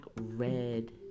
red